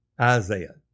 Isaiah